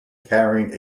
carrying